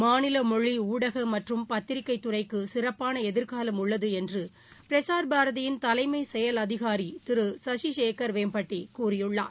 மாநில மொழி ஊடக மற்றும் பத்திரிகை துறைக்கு சிறப்பான எதிர்காலம் உள்ளது என்று பிரசார் பாரதியின் தலைமை செயல் அதிகாரி திரு சசிசேகர் வேம்பட்டி கூறியுள்ளார்